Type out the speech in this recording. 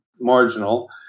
marginal